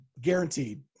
Guaranteed